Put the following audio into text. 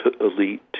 elite